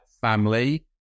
family